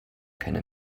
keine